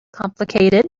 complicated